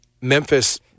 Memphis –